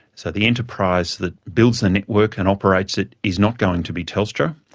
so the enterprise that builds the network and operates it is not going to be telstra,